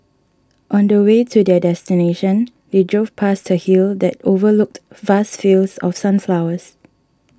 on the way to their destination they drove past a hill that overlooked vast fields of sunflowers